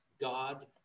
God